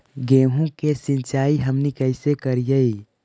गेहूं के सिंचाई हमनि कैसे कारियय?